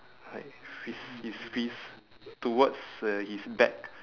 like fist his fist towards uh his back